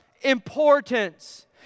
importance